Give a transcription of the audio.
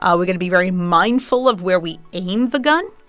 um we're going to be very mindful of where we aim the gun.